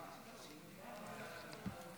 בשם מי אתה עונה?